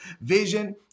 Vision